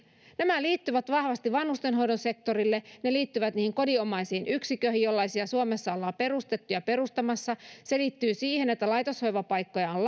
nämä liittyvät vahvasti vanhustenhoidon sektorille ne liittyvät niihin kodinomaisiin yksiköihin jollaisia suomessa ollaan perustettu ja perustamassa se liittyy siihen että laitoshoivapaikkoja on